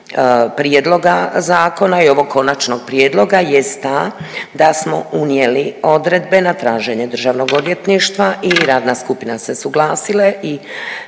prijedloga zakona i ovog konačnog prijedloga jest ta da smo unijeli odredbe na traženje Državnog odvjetništva i radna skupina se suglasile